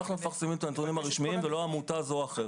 אנחנו מפרסמים את הנתונים הרשמיים ולא עמותה זו או אחרת.